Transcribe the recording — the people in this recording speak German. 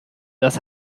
das